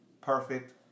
perfect